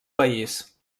país